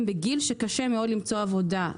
חלקם בגיל שקשה מאוד למצוא עבודה,